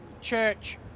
church